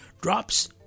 drops